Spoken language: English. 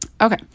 Okay